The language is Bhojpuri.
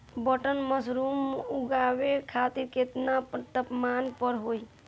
बटन मशरूम उगावे खातिर केतना तापमान पर होई?